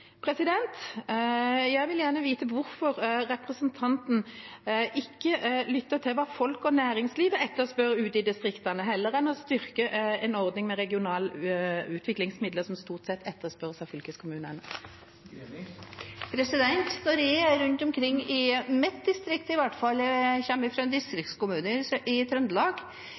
Jeg vil gjerne vite hvorfor representanten ikke lytter til hva folk og næringslivet etterspør ute i distriktene heller enn å styrke en ordning med regionale utviklingsmidler, som stort sett etterspørres av fylkeskommunene. Når jeg er rundt omkring – i mitt distrikt i hvert fall, jeg kommer fra en distriktskommune i Trøndelag